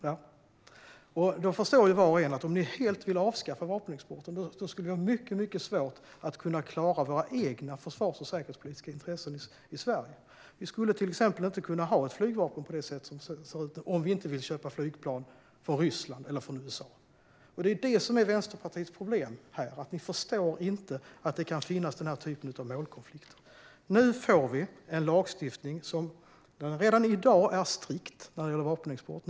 Var och en förstår att om man skulle avskaffa vapenexporten helt skulle det bli mycket svårt att klara Sveriges egna försvars och säkerhetspolitiska intressen. Vi skulle till exempel inte kunna ha ett sådant flygvapen som i dag, om vi inte vill köpa flygplan från Ryssland eller USA. Det är Vänsterpartiets problem; ni förstår inte att det kan finnas den typen av målkonflikter. Vi har redan i dag en lagstiftning som är strikt när det gäller vapenexport.